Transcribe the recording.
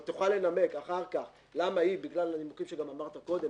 או תוכל לנמק אחר כך למה היא בגלל נימוקים שאמרת קודם,